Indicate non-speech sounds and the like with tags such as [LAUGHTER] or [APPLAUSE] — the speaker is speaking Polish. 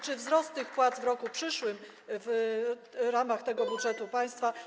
Czy wzrost tych płac w roku przyszłym, w ramach tego [NOISE] budżetu państwa.